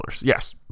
Yes